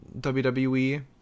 wwe